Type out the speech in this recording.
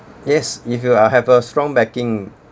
yes if you are have a strong backing